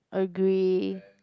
agree